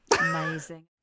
Amazing